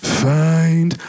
find